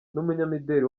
n’umunyamideli